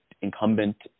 incumbent